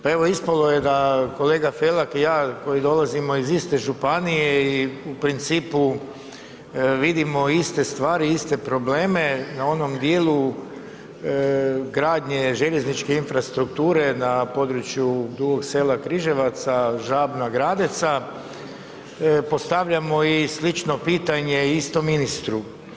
Pa evo ispalo je da kolega Felak i ja koji dolazimo iz iste županije i u principu vidimo iste stvari, iste probleme na onom dijelu gradnje željezničke infrastrukture na području Dugog Sela-Križevaca-Žabno-Gradeca postavljamo i slično pitanje istom ministru.